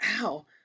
ow